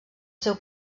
seu